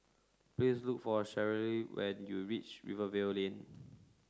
please look for Cheryle when you reach Rivervale Lane